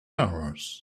hours